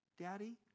Daddy